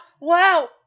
wow